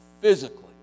physically